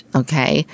okay